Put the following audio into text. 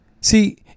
See